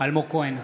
אלמוג כהן,